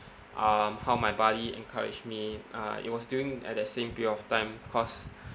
um how my buddy encouraged me uh it was during at that same period of time cause